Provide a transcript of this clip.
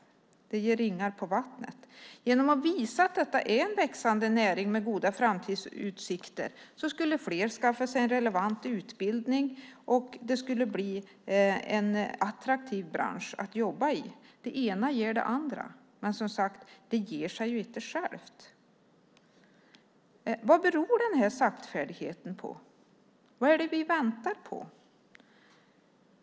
Det ger ringar på vattnet. Genom att visa att detta är en växande näring med goda framtidsutsikter skulle fler skaffa sig en relevant utbildning. Det skulle bli en attraktiv bransch att jobba i. Det ena ger det andra. Men, som sagt, det ger sig inte självt. Vad beror saktfärdigheten på? Vad är det vi väntar på?